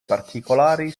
particolari